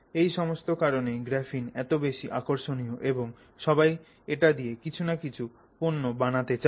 এই সমস্ত কারনেই গ্রাফিন এত বেশি আকর্ষণীয় এবং সবাই এটা দিয়ে কিছু না কিছু পণ্য বানাতে চায়